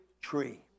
tree